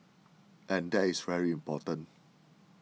and that is very important